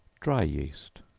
dry yeast.